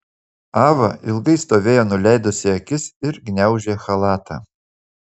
ava ilgai stovėjo nuleidusi akis ir gniaužė chalatą